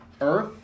earth